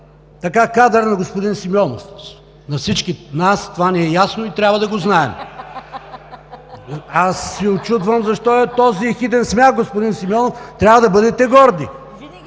е кадър на господин Симеонов. На всички нас това ни е ясно и трябва да го знаем. (Шум и смях от ОП.) Аз се учудвам защо е този ехиден смях, господин Симеонов. Трябва да бъдете горди,